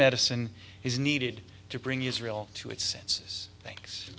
medicine is needed to bring israel to its senses thanks